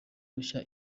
rushya